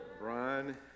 Brian